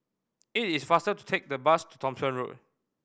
it is faster to take the bus to Thomson Road